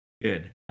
good